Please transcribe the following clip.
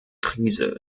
krise